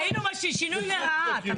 ראינו מה, שינוי לרעה.